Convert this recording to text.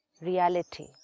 Reality